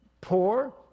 poor